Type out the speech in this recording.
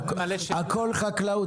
שהכל חקלאות,